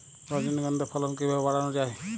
রজনীগন্ধা ফলন কিভাবে বাড়ানো যায়?